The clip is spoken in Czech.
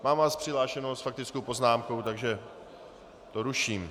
Mám vás přihlášeného s faktickou poznámkou, takže to ruším.